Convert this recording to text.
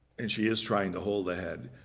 and she is trying to hold the head,